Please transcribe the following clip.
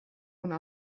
una